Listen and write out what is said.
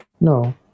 No